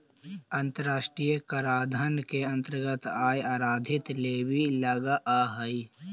अन्तराष्ट्रिय कराधान के अन्तरगत आय आधारित लेवी लगअ हई